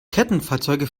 kettenfahrzeuge